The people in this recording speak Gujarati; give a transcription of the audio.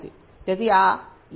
તેથી આ યાદ રાખવું જોઈએ